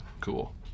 Cool